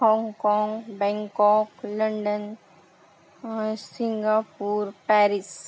हाँगकाँग Bangkok London Singapore Paris